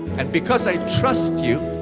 and because i trust you,